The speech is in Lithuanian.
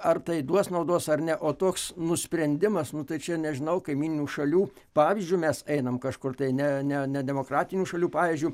ar tai duos naudos ar ne o toks nusprendimas nu tai čia nežinau kaimyninių šalių pavyzdžiu mes einam kažkur tai ne ne ne demokratinių šalių pavyzdžiu